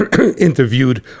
interviewed